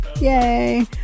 Yay